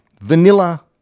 Vanilla